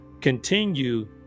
continue